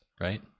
right